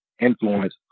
Influence